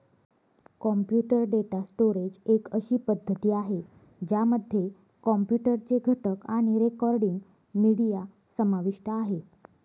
computer data storage एक अशी पद्धती आहे, ज्यामध्ये कॉम्प्युटर चे घटक आणि रेकॉर्डिंग, मीडिया समाविष्ट आहे